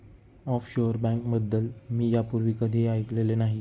offshore बँकेबद्दल मी यापूर्वी कधीही ऐकले नाही